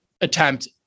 attempt